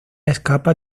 escapa